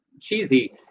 cheesy